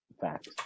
Facts